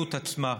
המדיניות עצמה?